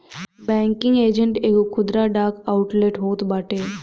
banking agent एगो खुदरा डाक आउटलेट होत बाटे